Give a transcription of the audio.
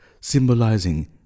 symbolizing